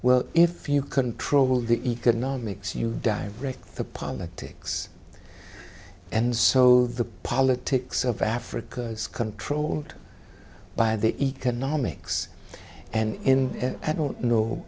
well if you control the economics you direct the politics and so the politics of africa is controlled by the economics and in i don't know